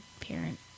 parent